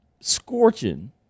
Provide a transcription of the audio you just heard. Scorching